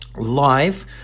Live